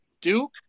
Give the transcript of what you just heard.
Duke